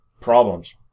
problems